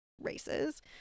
races